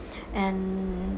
and